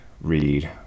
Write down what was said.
read